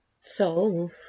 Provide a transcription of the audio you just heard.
solve